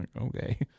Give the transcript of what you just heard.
Okay